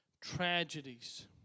tragedies